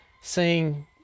seeing